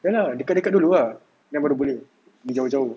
dekat-dekat dulu ah then baru boleh pergi jauh-jauh